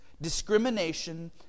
discrimination